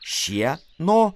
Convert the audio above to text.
šie no